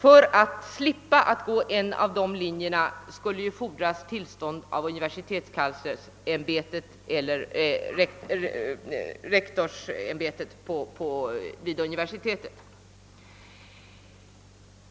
För att slippa att gå på någon av dessa linjer skulle fordras tillstånd av universitetskanslersämbetet eller rektorsämbetet vid universitetet.